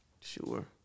Sure